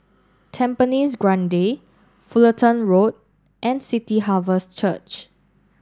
Tampines Grande Fullerton Road and City Harvest Church